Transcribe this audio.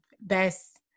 best